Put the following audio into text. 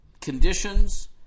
conditions